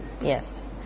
Yes